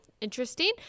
interesting